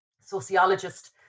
Sociologist